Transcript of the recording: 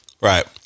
Right